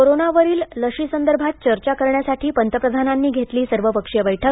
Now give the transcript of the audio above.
कोरोनावरील लशीसंदर्भात चर्चा करण्यासाठी पंतप्रधानांनी घेतली सर्वपक्षीय बैठक